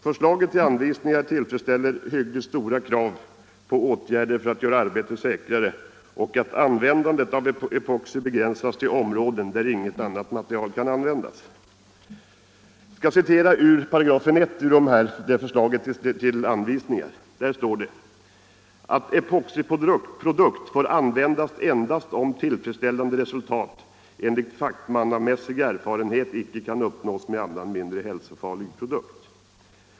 Förslaget tillfredsställer hyggligt stora krav på åtgärder för att göra arbetet säkrare. Användandet av epoxi föreslås också begränsas till områden där inget annat material kan användas. I förslaget till anvisningar står det i 1 § att epoxiprodukt får användas endast om tillfredsställande resultat enligt fackmannamässig erfarenhet icke kan uppnås med annan mindre hälsofarlig produkt.